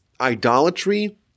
idolatry